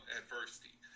adversity